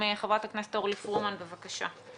ונתחיל עם חברת הכנסת אורלי פרומן, בבקשה.